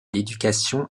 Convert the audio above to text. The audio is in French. l’éducation